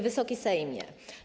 Wysoki Sejmie!